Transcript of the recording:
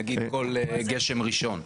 נגיד, כל גשם ראשון?